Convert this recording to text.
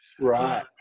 Right